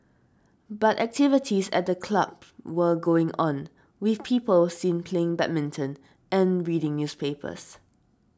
but activities at the club were going on with people seen playing badminton and reading newspapers